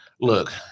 look